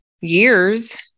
years